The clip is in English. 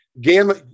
gamma